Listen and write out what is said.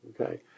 okay